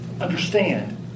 understand